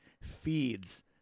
feeds